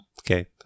Okay